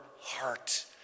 heart